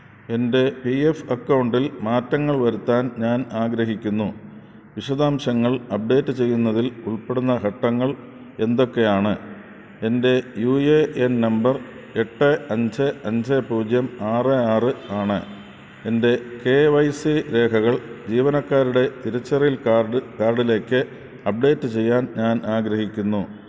എൻ്റെ P F അക്കൗണ്ടിൽ മാറ്റങ്ങൾ വരുത്താൻ ഞാൻ ആഗ്രഹിക്കുന്നു വിശദാംശങ്ങൾ അപ്ഡേറ്റ് ചെയ്യുന്നതിൽ ഉൾപ്പെടുന്ന ഘട്ടങ്ങൾ എന്തൊക്കെയാണ് എൻ്റെ യു എ എൻ നമ്പർ എട്ട് അഞ്ച് അഞ്ച് പൂജ്യം ആറ് ആറ് ആണ് എൻ്റെ കെ വൈ സി രേഖകൾ ജീവനക്കാരുടെ തിരിച്ചറിയൽ കാഡ് കാര്ഡിലേക്ക് അപ്ഡേറ്റ് ചെയ്യാൻ ഞാൻ ആഗ്രഹിക്കുന്നു